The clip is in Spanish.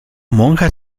monja